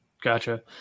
gotcha